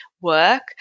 work